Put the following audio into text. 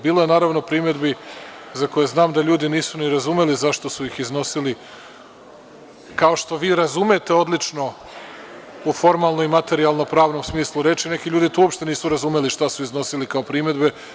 Bilo je primedbi za koje znam da ljudi nisu razumeli zašto su ih iznosili, kao što vi razumete odlično u formalnom i materijalno-pravnom smislu reči, neki ljudi to nisu uopšte razumeli šta su iznosili kao primedbe.